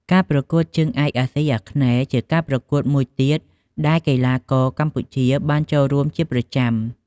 ការប្រកួតជើងឯកអាស៊ីអាគ្នេយ៍ ជាការប្រកួតមួយទៀតដែលកីឡាករកម្ពុជាបានចូលរួមជាប្រចាំ។